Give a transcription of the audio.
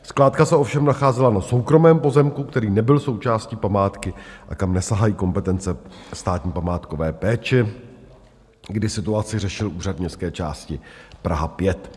Skládka se ovšem nacházela na soukromém pozemku, který nebyl součástí památky a kam nesahají kompetence Státní památkové péče, kdy situaci řešil úřad městské části Praha 5.